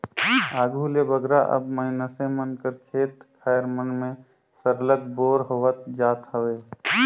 आघु ले बगरा अब मइनसे मन कर खेत खाएर मन में सरलग बोर होवत जात हवे